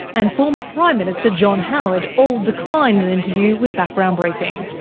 and former prime minister john howard all declined an interview with background briefing.